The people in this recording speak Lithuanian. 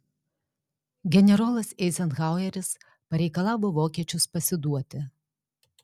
generolas eizenhaueris pareikalavo vokiečius pasiduoti